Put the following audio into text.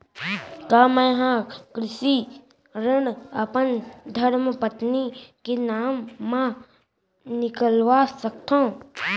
का मैं ह कृषि ऋण अपन धर्मपत्नी के नाम मा निकलवा सकथो?